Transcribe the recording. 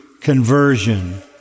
conversion